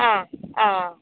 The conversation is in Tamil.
ஆ ஆ